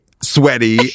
Sweaty